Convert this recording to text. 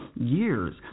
years